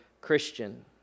Christian